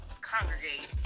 congregate